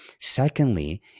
Secondly